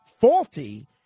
faulty